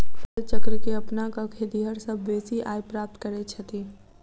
फसल चक्र के अपना क खेतिहर सभ बेसी आय प्राप्त करैत छथि